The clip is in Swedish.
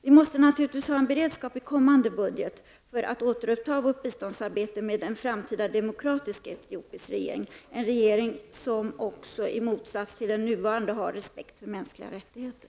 Vi måste naturligtvis ha en beredskap i kommande budget för att kunna återuppta vårt biståndssamarbete med en framtida demokratisk etiopisk regering, en regering som, i motsats till den nuvarande, har respekt för mänskliga rättigheter.